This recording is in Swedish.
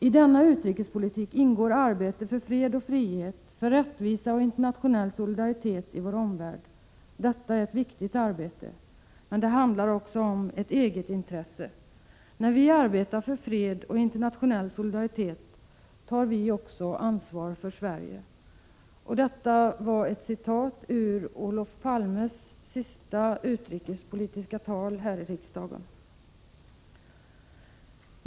I denna utrikespolitik ingår arbetet för fred och frihet, för rättvisa och internationell solidaritet i vår omvärld. Detta är ett arbete för viktiga principer. Men det handlar också om ett egetintresse. När vi arbetar för fred och internationell solidaritet tar vi också ansvar för Sverige.” Detta var ett citat ur Olof Palmes sista utrikespolitiska tal här i riksdagen.